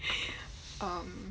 um